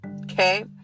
okay